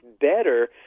better